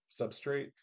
substrate